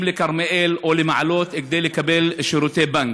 לכרמיאל או למעלות כדי לקבל שירותי בנק,